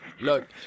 Look